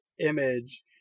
image